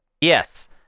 yes